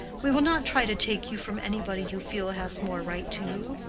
we will not try to take you from anybody you feel has more right to you.